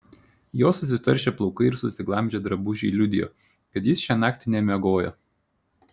jo susitaršę plaukai ir susiglamžę drabužiai liudijo kad jis šią naktį nemiegojo